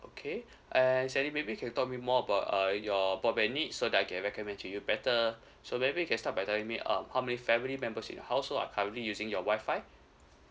okay and sally maybe can tell me more about uh your broadband need so that I can recommend to you better so maybe you can start by telling me um how many family members in your household are currently using your wifi